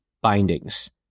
bindings